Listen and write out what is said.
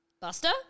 Buster